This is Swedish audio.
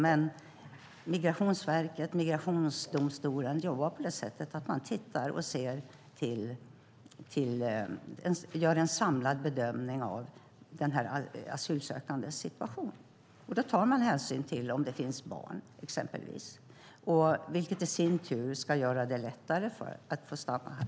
Men Migrationsverket och migrationsdomstolarna jobbar på det sättet att man gör en samlad bedömning av den asylsökandes situation. Då tar man hänsyn till exempelvis om det finns barn, vilket i sin tur ska göra det lättare att få stanna här.